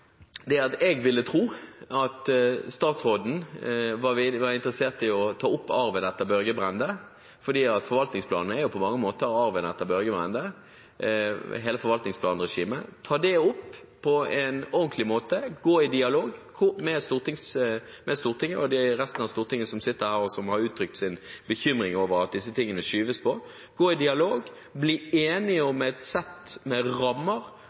om dette. Jeg ville tro at statsråden var interessert i å ta opp arven etter Børge Brende, for hele forvaltningsplanregimet er på mange måter arven etter Børge Brende, ta dette opp på en ordentlig måte, gå i dialog med Stortinget og med dem som har uttrykt bekymring for at disse tingene skyves på, og bli enige om et sett av rammer